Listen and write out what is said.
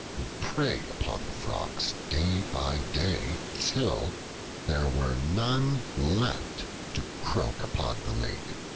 preyed upon the frogs day by day till there were none left to croak upon the lake.